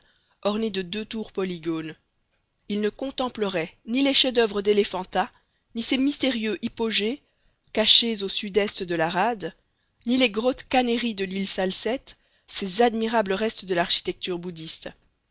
ornée de deux tours polygones il ne contemplerait ni les chefs-d'oeuvre d'éléphanta ni ses mystérieux hypogées cachés au sud-est de la rade ni les grottes kanhérie de l'île salcette ces admirables restes de l'architecture bouddhiste